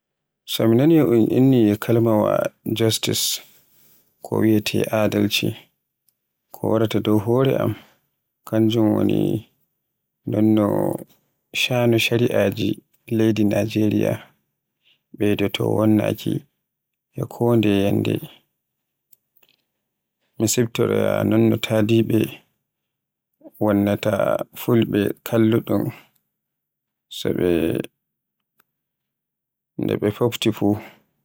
So mi nani un inni kalimaawa "justice" ko wiyeete adalci, ko waraata dow hore am kanjum woni non no sha'anu siriyaji e leydi Najeriya ɓeydoto wonnake e kondeye ñyanlde. Mi siftoroya non no taadiɓe wannata kalluɗun so ɓe, nde ɓe fofti fuf.